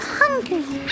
hungry